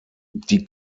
die